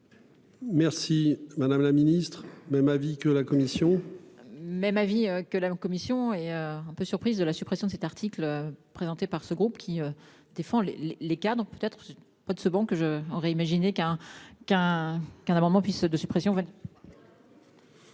Merci madame la ministre. Même avis que la commission. Même avis que la commission et un peu surprise de la suppression de cet article présenté par ce groupe, qui défend les les les cadres peut-être. Pas de second que je n'aurais imaginé qu'un qu'un qu'un amendement puisse de suppression